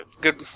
good